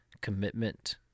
commitment